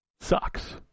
sucks